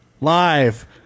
live